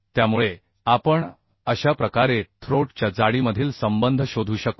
त्यामुळे आपण अशा प्रकारे थ्रोट च्या जाडीमधील संबंध शोधू शकतो